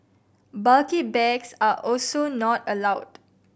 bulky bags are also not allowed